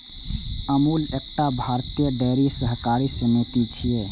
अमूल एकटा भारतीय डेयरी सहकारी समिति छियै